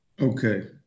Okay